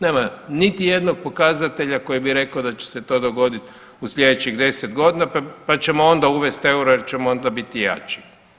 Nema niti jednog pokazatelja koji bi rekao da će se to dogoditi u sljedećih 10 godina, pa ćemo onda uvesti euro jer ćemo onda biti jači.